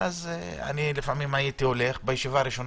ואז לפעמים הייתי הולך בישיבה הראשונה,